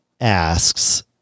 asks